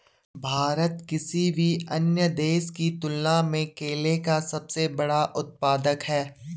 भारत किसी भी अन्य देश की तुलना में केले का सबसे बड़ा उत्पादक है